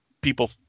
people